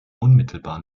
unmittelbar